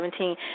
2017